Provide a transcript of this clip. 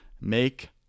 make